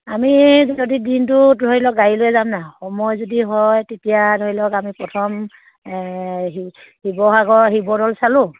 আমি যদি দিনটো ধৰি লওক গাড়ী লৈ যাম ন সময় যদি হয় তেতিয়া ধৰি লওক আমি প্ৰথম শিৱসাগৰ শিৱদৌল চালোঁ